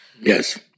Yes